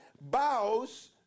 bows